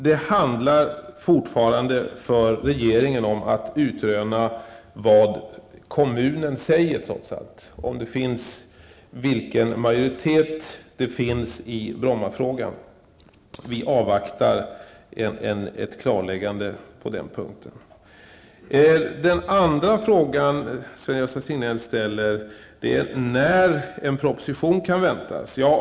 Det handlar fortfarande om att regeringen skall utröna vad kommunen anser och vilken majoritet det finns i Brommafrågan. Vi avvaktar ett klarläggande på den punkten. Sven-Gösta Signell ställde en andra fråga om när en proposition kan väntas.